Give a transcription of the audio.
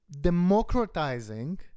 democratizing